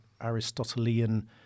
Aristotelian